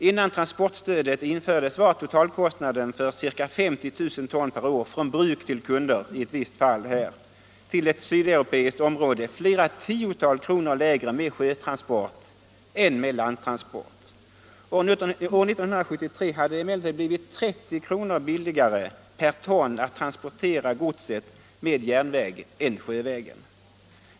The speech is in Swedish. Innan transportstödet infördes var i ett visst fall totalkostnaden för att transportera ca 50000 ton gods per år från ett bruk till kunder i ett sydeuropeiskt område flera tiotal kronor lägre med sjötransport än med landtransport. År 1973 hade det emellertid blivit 30 kr. billigare per ton att transportera godset med järnväg än till sjöss.